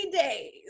days